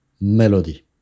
melody